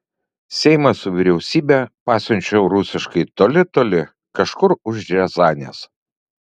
seimą su vyriausybe pasiunčiau rusiškai toli toli kažkur už riazanės